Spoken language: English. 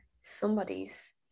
somebody's